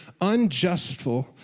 unjustful